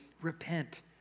Repent